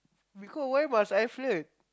because why must I flirt